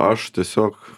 aš tiesiog